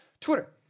Twitter